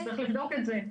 אנחנו נצטרך לבדוק את זה,